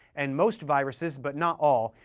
and most viruses, but not all,